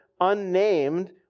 unnamed